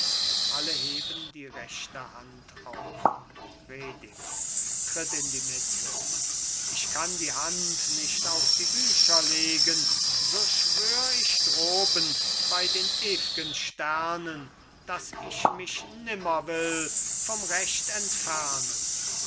alle heben die rechte hand auf reding tritt in die mitte ich kann die hand nicht auf die bücher legen so schwör ich droben bei den ew'gen sternen dass ich mich nimmer will vom recht entfernen